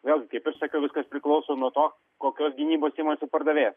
vėlgi kaip ir sakiau viskas priklauso nuo to kokios gynybos imasi pardavėjas